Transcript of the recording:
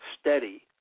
steady